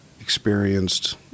experienced